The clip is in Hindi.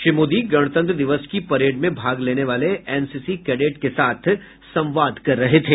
श्री मोदी गणतंत्र दिवस की परेड में भाग लेने वाले एनसीसी कैडेट के साथ संवाद कर रहे थे